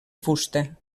fusta